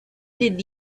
did